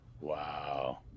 wow